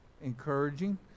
encouraging